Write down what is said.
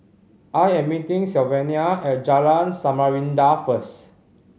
I am meeting Sylvania at Jalan Samarinda first